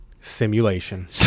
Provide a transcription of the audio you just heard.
simulation